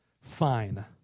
Fine